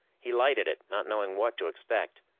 he lighted it, not knowing what to expect.